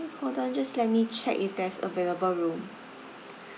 hold on just let me check if there's available room